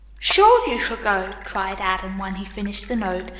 sure you shall go! cried adam, when he finished the note,